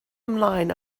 ymlaen